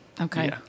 Okay